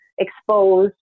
exposed